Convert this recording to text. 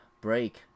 break